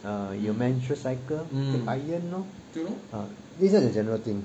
err 有 menstrual cycle take iron lor this [one] is general thing